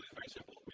very simple